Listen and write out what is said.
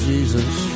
Jesus